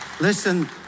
Listen